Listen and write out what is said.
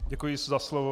Děkuji za slovo.